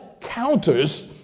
counters